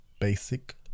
basic